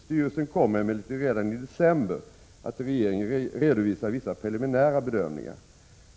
Styrelsen kommer emellertid redan i december att till regeringen redovisa vissa preliminära beräkningar.